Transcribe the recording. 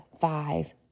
five